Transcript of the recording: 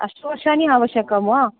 अष्टवर्षाणि आवश्यकं वा